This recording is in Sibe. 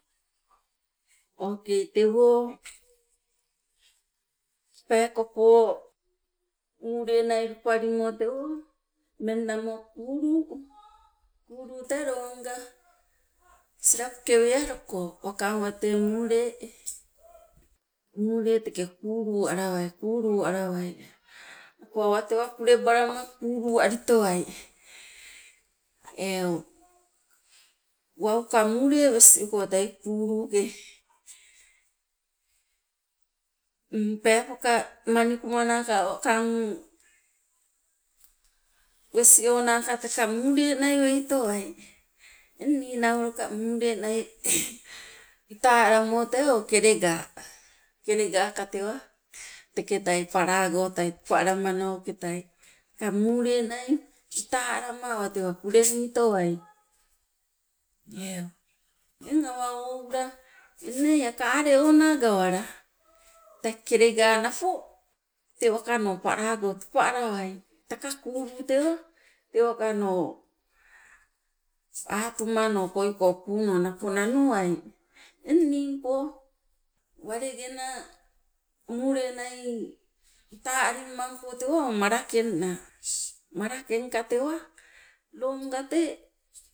Okei tewo peekopo muule nai lupalimo tewo ummeng namo kuulu, kuulu tee loonga silapoke wealuko wakang wate muule, muule teke kuulu alawai, kuulu alawai napo awatewa pulebalama kuulu alitowai eu. Wauka muule wesi uko tei kuulu ke, peepoka manikumana wakang wesiona ka teka muule nai weitowai. Eng ninauloka muule nai ita alamo tee o kelega, kelega ka tewa teketai paala goitai topa alamanoketai teka muule nai ita alama awatewa puleni towai eng awa oula eng nee ia kaleona gawala tee kelega napo te wakano paalago topa alawai, teka kuulu tewa te wakano atumano koi ko kuuno napo nanuai. Eng ningpo walenge naa muule nai ita alimampo tewo awo malakeng naa, malakeng ka tewa loonga tee,